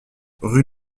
rue